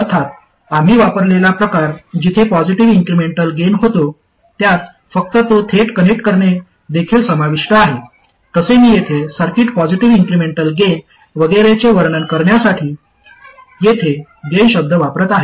अर्थात आम्ही वापरलेला प्रकार जिथे पॉजिटीव्ह इन्क्रिमेंटल गेन होतो त्यात फक्त तो थेट कनेक्ट करणे देखील समाविष्ट आहे तसे मी येथे सर्किट पॉझिटिव्ह इन्क्रिमेंटल गेन वगैरेचे वर्णन करण्यासाठी येथे गेन शब्द वापरत आहे